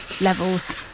levels